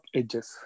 edges